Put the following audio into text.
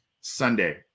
Sunday